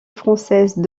française